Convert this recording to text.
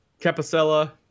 Capicella